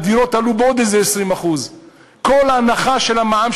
מחירי הדירות עלו בעוד איזה 20%. כל ההנחה של המע"מ,